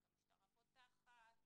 רק המשטרה פותחת